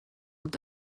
und